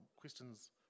questions